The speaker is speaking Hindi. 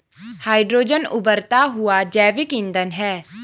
हाइड्रोजन उबरता हुआ जैविक ईंधन है